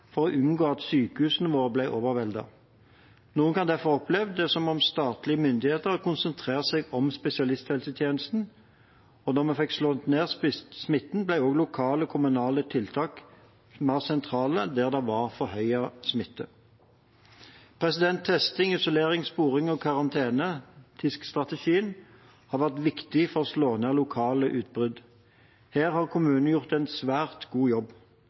for å unngå at sykehusene ble overveldet. Noen kan derfor ha opplevd det som at statlige myndigheter har konsentrert seg om spesialisthelsetjenesten. Da vi fikk slått ned smitten, ble lokale kommunale tiltak mer sentrale der det var forhøyet smitte. Testing, isolering, sporing og karantene, TISK-strategien, har vært viktig for å slå ned lokale utbrudd. Her har kommunene gjort en svært god jobb.